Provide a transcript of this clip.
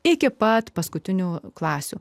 iki pat paskutinių klasių